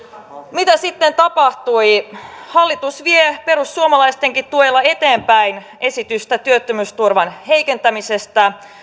mitä sitten tapahtui hallitus vie perussuomalaistenkin tuella eteenpäin esitystä työttömyysturvan heikentämisestä